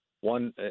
one